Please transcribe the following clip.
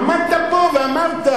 עמדת פה ואמרת: